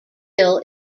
bill